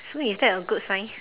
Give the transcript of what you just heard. so is that a good sign